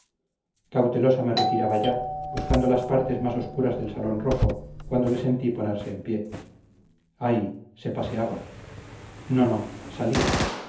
cautelosa me retiraba ya buscando las partes más obscuras del salón rojo cuando le sentí ponerse en pie ay se paseaba no no salía